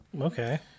Okay